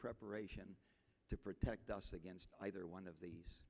preparation protect us against either one of these